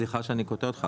סליחה שאני קוטע אותך,